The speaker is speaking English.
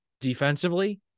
defensively